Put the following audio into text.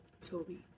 Toby